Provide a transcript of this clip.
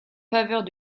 faveurs